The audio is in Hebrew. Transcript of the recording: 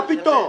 מה פתאום?